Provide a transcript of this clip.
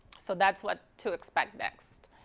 so that's what to expect next.